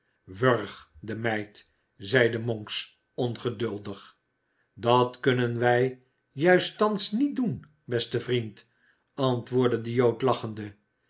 wurg de meid zeide monks ongeduldig dat kunnen wij juist thans niet doen beste vriend antwoordde de jood lachende